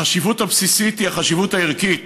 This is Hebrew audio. החשיבות הבסיסית היא החשיבות הערכית